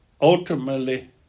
ultimately